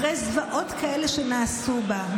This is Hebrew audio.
אחרי זוועות כאלה שנעשו בה,